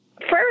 first